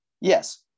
Yes